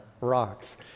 rocks